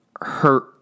hurt